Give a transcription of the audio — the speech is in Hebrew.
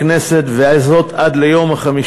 הכנסת, וזאת עד ליום 5